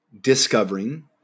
discovering